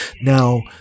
Now